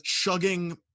chugging